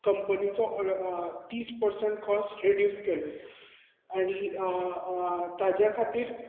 कंपनीचो तीस percent cost reduce केलो आनी ताचे खातीर